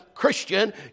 Christian